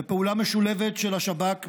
בפעולה משולבת של השב"כ,